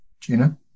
Gina